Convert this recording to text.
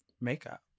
makeup